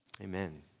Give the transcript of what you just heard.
Amen